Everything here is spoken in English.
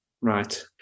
Right